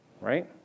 right